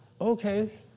okay